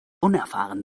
unerfahren